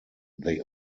they